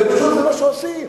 זה פשוט מה שעושים.